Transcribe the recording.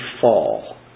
fall